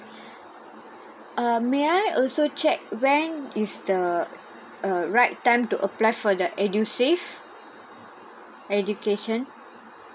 uh may I also check when is that uh right time to apply for the edusave education